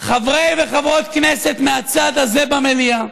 חברי וחברות כנסת מהצד הזה במליאה,